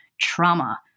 trauma